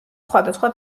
სხვადასხვა